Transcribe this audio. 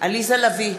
עליזה לביא,